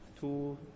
two